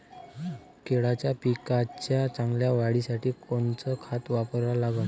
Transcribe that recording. केळाच्या पिकाच्या चांगल्या वाढीसाठी कोनचं खत वापरा लागन?